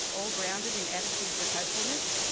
all grounded in attitudes of hopefulness?